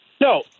No